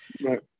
right